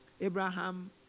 Abraham